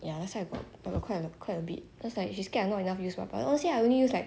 ya last time I got I got quite quite a bit because like she scared I not enough use mah but honestly I only use like